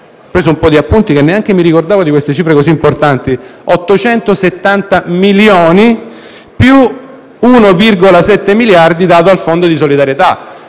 ho preso un po' di appunti perché neanche ricordavo queste cifre così importanti - 870 milioni, più 1,7 miliardi dati al Fondo di solidarietà.